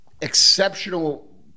exceptional